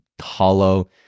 hollow